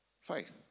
faith